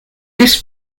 this